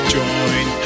Join